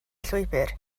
llwybr